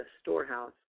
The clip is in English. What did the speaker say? storehouse